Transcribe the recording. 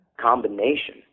combination